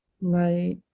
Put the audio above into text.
Right